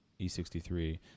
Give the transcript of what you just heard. E63